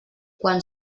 quan